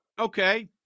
Okay